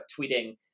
tweeting